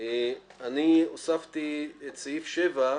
אני הוספתי את סעיף 7,